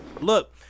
Look